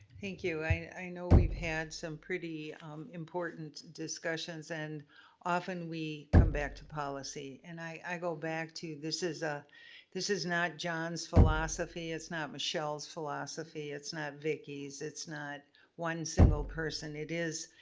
thank you, i know we've had some pretty important discussions, and often we come back to policy. and, i go back to, this is ah this is not john's philosophy, it's not michelle's philosophy, philosophy, it's not vicki's, it's not one single person, it is,